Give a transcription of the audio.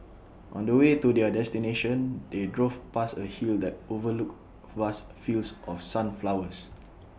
on the way to their destination they drove past A hill that overlooked vast fields of sunflowers